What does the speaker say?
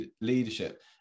leadership